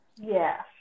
Yes